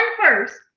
first